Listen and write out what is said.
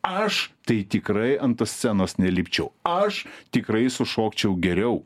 aš tai tikrai ant tos scenos nelipčiau aš tikrai sušokčiau geriau